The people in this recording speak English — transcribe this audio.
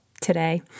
today